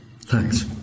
Thanks